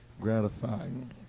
gratifying